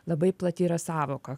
labai plati yra sąvoka